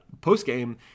post-game